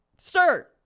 sir